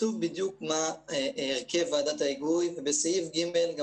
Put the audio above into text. כתוב בדיוק מה הרכב ועדת ההיגוי ובסעיף ג' גם